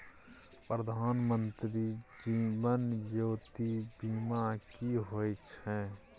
प्रधानमंत्री जीवन ज्योती बीमा की होय छै?